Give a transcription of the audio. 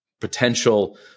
potential